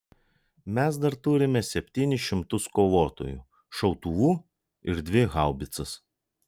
mes dar turime septynis šimtus kovotojų šautuvų ir dvi haubicas